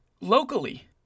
locally